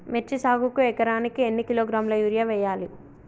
మిర్చి సాగుకు ఎకరానికి ఎన్ని కిలోగ్రాముల యూరియా వేయాలి?